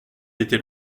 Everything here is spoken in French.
était